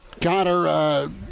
Connor